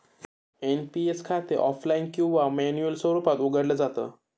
NPS खाते offline किंवा manual स्वरूपात उघडलं जात